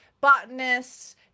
botanists